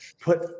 put